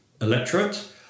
electorate